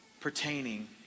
pertaining